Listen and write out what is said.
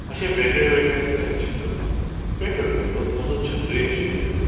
अशे वेगळे वेगळे कलेक्शन करतालो वेगळे वेगळे तो म्हजो छंदुय आशिल्लो तो